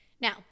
Now